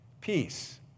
Peace